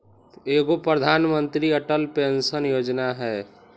एगो प्रधानमंत्री अटल पेंसन योजना है?